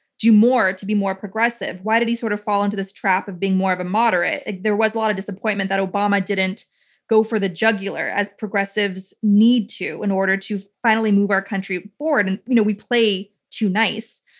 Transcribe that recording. do more to be more progressive? why did he sort of fall into this trap of being more of a moderate? there was a lot of disappointment that obama didn't go for the jugular as progressives need to in order to finally move our country forward. and you know we play too nice.